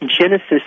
genesis